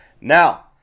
Now